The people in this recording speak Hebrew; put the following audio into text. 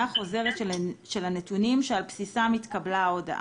חוזרת של הנתונים שעל בסיסם התקבלה ההודעה.